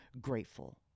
grateful